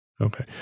Okay